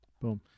Boom